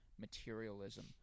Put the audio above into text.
materialism